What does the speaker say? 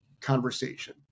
conversation